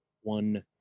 One